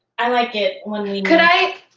i like it when we could i?